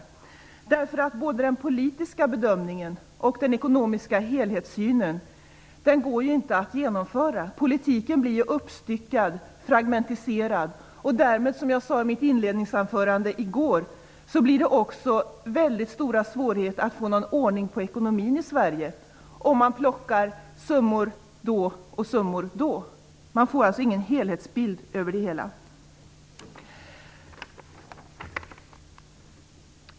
Det går ju varken att göra en politisk bedömning eller att få en ekonomisk helhetssyn. Politiken blir uppstyckad, fragmentiserad. Som jag sade i mitt inledningsanförande i går blir det mycket svårt att få ordning på ekonomin i Sverige om man plockar in summor då och då; man får ju ingen helhetsbild.